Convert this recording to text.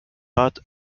taught